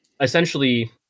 essentially